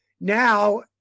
Now